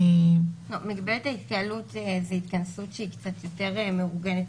מגבלת ההתקהלות זו התכנסות שהיא קצת יותר מאורגנת